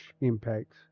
impact